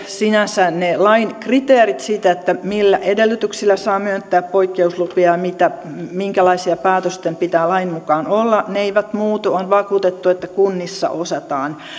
sinänsä ne lain kriteerit siitä millä edellytyksillä saa myöntää poikkeuslupia ja minkälaisia päätösten pitää lain mukaan olla eivät muutu on vakuutettu että kunnissa osataan